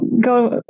go